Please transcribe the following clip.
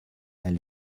elles